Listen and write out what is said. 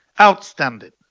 Outstanding